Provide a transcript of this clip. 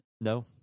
No